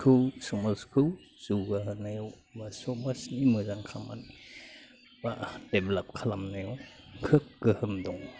खौ समाजखौ जौगा होनायाव बा समाजनि मोजां खामानि बा डेभलप खालामनायाव खोब गोहोम दङ